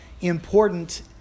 important